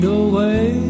away